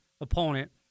opponent